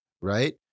right